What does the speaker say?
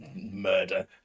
murder